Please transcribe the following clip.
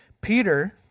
Peter